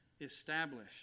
established